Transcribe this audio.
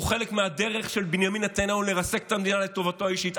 הוא חלק מהדרך של בנימין נתניהו לרסק את המדינה לטובתו האישית,